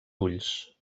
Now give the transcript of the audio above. ulls